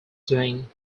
doing